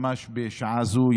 ממש בשעה זו,